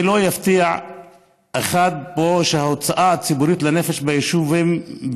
לא יפתיע אף אחד פה שההוצאה הציבורית על נפש ביישובי